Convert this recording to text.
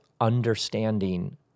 understanding